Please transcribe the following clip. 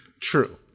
True